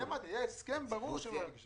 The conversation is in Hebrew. אמרתי, היה הסכם ברור שלא יגישו.